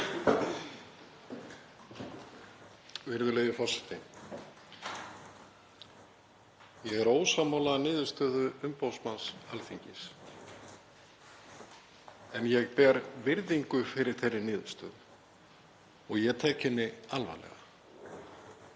Virðulegi forseti. Ég er ósammála niðurstöðu umboðsmanns Alþingis en ég ber virðingu fyrir þeirri niðurstöðu og ég tek henni alvarlega.